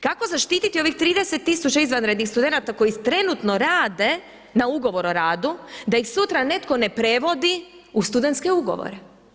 Kako zaštititi ovih 30 tisuća izvanrednih studenata koji trenutno rade na ugovor o radu da ih sutra netko ne prevodi u studentske ugovore?